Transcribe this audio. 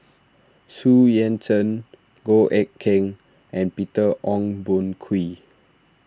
Xu Yuan Zhen Goh Eck Kheng and Peter Ong Boon Kwee